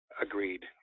Agreed